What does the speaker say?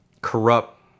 corrupt